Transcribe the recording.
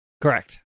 Correct